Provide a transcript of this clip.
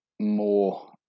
more